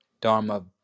dharma